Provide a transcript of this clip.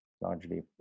largely